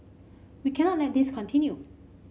we cannot let this continue